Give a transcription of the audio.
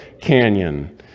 Canyon